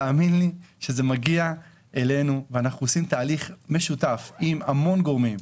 תאמין לי שכאשר זה מגיע אלינו אנחנו עושים תהליך משותף עם המון גורמים,